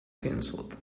canceled